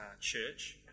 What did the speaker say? Church